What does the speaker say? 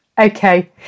Okay